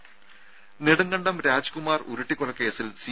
രുഭ നെടുങ്കണ്ടം രാജ്കുമാർ ഉരുട്ടിക്കൊലക്കേസിൽ സി